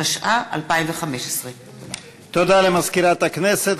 התשע"ה 2015. תודה למזכירת הכנסת.